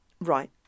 Right